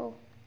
ହଉ